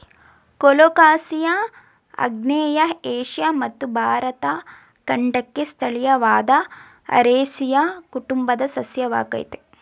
colocasia ಆಗ್ನೇಯ Asia ಮತ್ತು ಭಾರತ ಖಂಡಕ್ಕೆ ಸ್ಥಳೀಯವಾದ ಅರೇಸಿಯ ಕುಟುಂಬದ ಸಸ್ಯವಾಗಯ್ತೆ